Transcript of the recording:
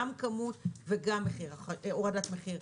גם כמות וגם הורדת מחיר.